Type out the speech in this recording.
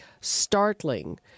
startling